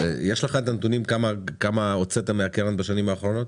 יש לך את הנתונים כמה הוצאתם מהקרן בשנים האחרונות?